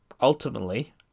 ultimately